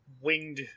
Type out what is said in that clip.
winged